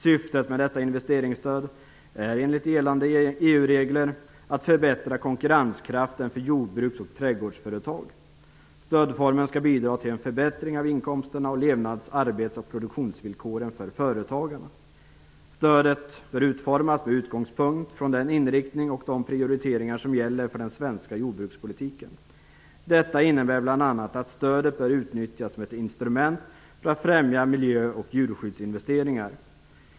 Syftet med detta investeringsstöd är enligt gällande EU-regler att förbättra konkurrenskraften för jordbruks och trädgårdsföretag. Stödformen skall bidra till en förbättring av inkomsterna och levnads-, arbets och produktionsvillkoren för företagarna. Stödet bör utformas med utgångspunkt från den inriktning och de prioriteringar som gäller för den svenska jordbrukspolitiken. Detta innebär bl.a. att stödet bör utnyttjas som ett instrument för att främja miljö och djurskyddsinvesteringar.